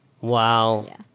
Wow